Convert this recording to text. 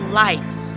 life